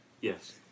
Yes